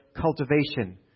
cultivation